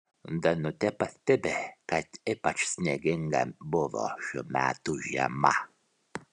danutė pastebi kad ypač snieginga buvo šių metų žiema